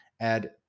add